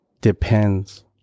depends